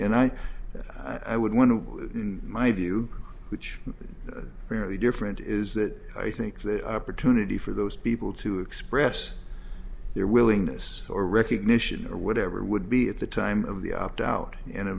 and i i would want to in my view which clearly different is that i think the opportunity for those people to express their willingness or recognition or whatever would be at the time of the opt out in a